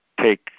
take